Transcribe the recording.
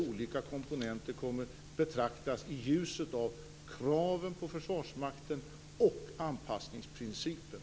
Olika komponenter kommer att betraktas i ljuset av kraven på Försvarsmakten och av anpassningsprincipen.